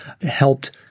helped